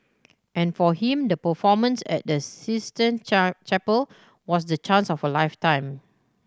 and for him the performance at the Sistine char Chapel was the chance of a lifetime